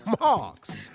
marks